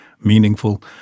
meaningful